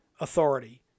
authority